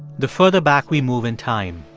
the further back we move in time